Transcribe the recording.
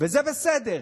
וזה בסדר.